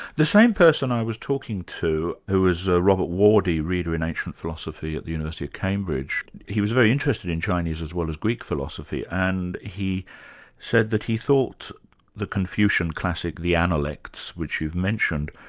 the same person i was talking to, who is robert wardy, reader in ancient philosophy at the university of cambridge, he was very interested in chinese as well as greek philosophy, and he said that he thought the confucian classic the analects, which you've mentioned,